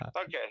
okay